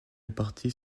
réparti